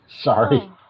sorry